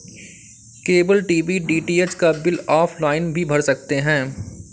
cable TV DTH का bill offline भी भर सकते हैं